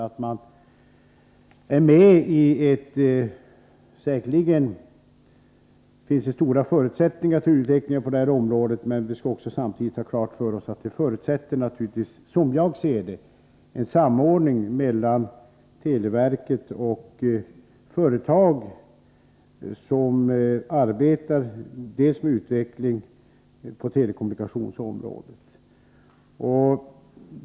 Det finns säkerligen stora möjligheter till utveckling på det här området, men det förutsätter, som jag ser det, en samordning mellan televerket och företag som arbetar med utveckling på telekommunikationsområdet.